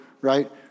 right